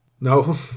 No